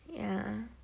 yeah